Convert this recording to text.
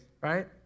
right